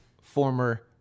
former